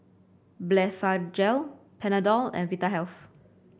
Blephagel Panadol and Vitahealth